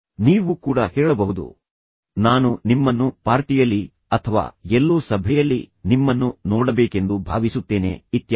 ನೀವು ಕೂಡ ಹೇಳಬಹುದು ನಾನು ನಿಮ್ಮನ್ನು ಪಾರ್ಟಿಯಲ್ಲಿ ನೋಡುತ್ತೇನೆ ಎಂದು ಭಾವಿಸುತ್ತೇನೆ ಅಥವಾ ಎಲ್ಲೋ ಸಭೆಯಲ್ಲಿ ನಿಮ್ಮನ್ನು ನೋಡಬೇಕೆಂದು ನಾನು ಭಾವಿಸುತ್ತೇನೆ ಇತ್ಯಾದಿ